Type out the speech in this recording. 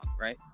right